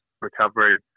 recovery